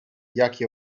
jakie